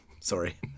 Sorry